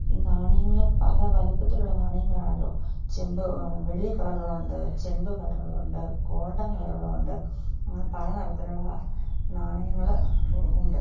ഈ നാണയങ്ങൾ പല വലുപ്പത്തിലുള്ള നാണയങ്ങളാണല്ലോ ചെമ്പ് വെള്ളി കളറുള്ളതുണ്ട് ചെമ്പ് കളറുള്ളതുണ്ട് ഗോൾഡൻ കളറുള്ളതുണ്ട് അങ്ങനെ പല നിറത്തിലുള്ള നാണയങ്ങൾ ഉണ്ട്